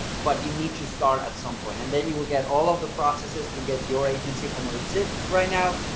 but you need to start at some point. and then you will get all of the processes to get your agency from where it's at right now,